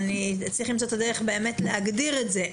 צריך למצוא את הדרך באמת להגדיר את זה,